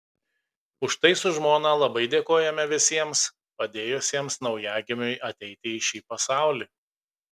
už tai su žmona labai dėkojame visiems padėjusiems naujagimiui ateiti į šį pasaulį